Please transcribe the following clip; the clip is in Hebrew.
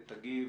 שלום.